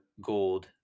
Gold